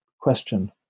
question